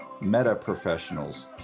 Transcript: meta-professionals